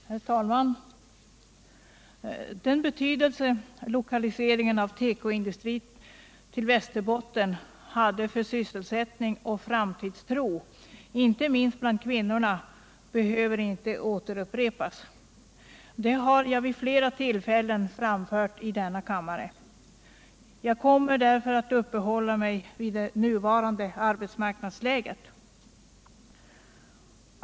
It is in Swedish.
Herr talman! Vilken betydelse lokaliseringen av tekoindustri till Västerbotten hade för sysselsättning och framtidstro, inte minst bland kvinnorna, behöver jag inte åter upprepa; det har jag framhållit vid flera tillfällen i denna kammare. Jag kommer därför att uppehålla mig vid det nuvarande arbetsmarknadsläget.